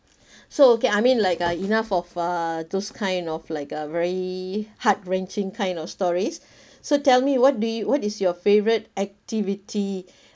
so okay I mean like uh enough of uh those kind of like a very heart-wrenching kind of stories so tell me what do you what is your favourite activity